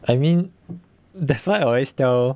I mean that's why I always tell